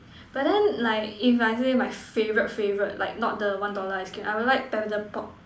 but then like if I say my favorite favorite like not the one dollar ice cream I will like paddle pop